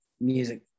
music